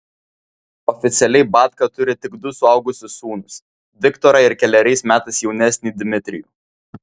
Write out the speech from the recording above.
oficialiai batka turi tik du suaugusius sūnus viktorą ir keleriais metais jaunesnį dmitrijų